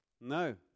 No